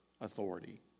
authority